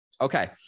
Okay